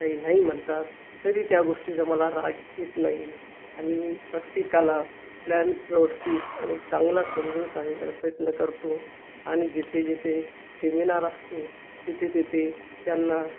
काही नाही म्हणतात तरी त्या गोष्टीचा मला राग येत नाही आणि मी प्रत्येकाला प्लॅन व्यवस्थित आणि चांगला समजवून सांगण्याचा प्रयत्न करतो आणि जिथे जिथे सेमिनार असतो तिथे तिथे त्यांना